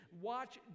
watch